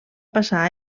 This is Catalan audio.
passar